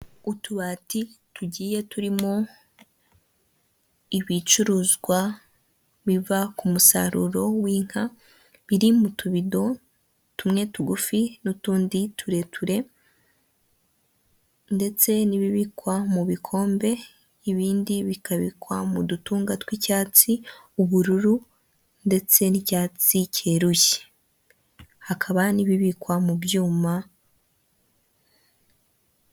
Utubati tugiye turimo ibicuruzwa biva ku musaruro w'inka, biri mu tubido tumwe tugufi n'utundi tureture, ndetse n'ibibikwa mu bikombe ibindi bikabikwa mu dutunga tw'icyatsi ubururu ndetse n'icyatsi cyeruye hakaba hari n'ibibikwa mu byuma.